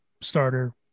Starter